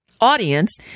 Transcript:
audience